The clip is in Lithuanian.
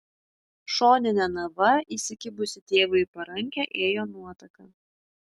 šonine nava įsikibusi tėvui į parankę ėjo nuotaka